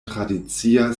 tradicia